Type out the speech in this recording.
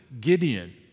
Gideon